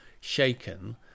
shaken